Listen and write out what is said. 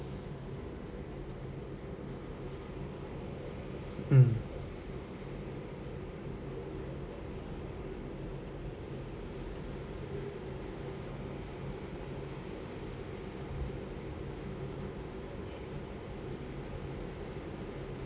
mm